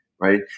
right